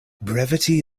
brevity